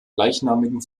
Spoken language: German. gleichnamigen